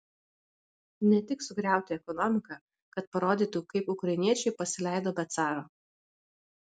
ne tik sugriauti ekonomiką kad parodytų kaip ukrainiečiai pasileido be caro